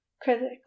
critically